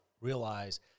realize